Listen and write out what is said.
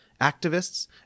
activists